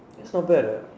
is not bad eh